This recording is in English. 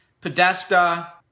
Podesta